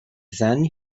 then